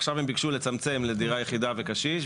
עכשיו הם ביקשו לצמצם לדירה יחידה וקשיש.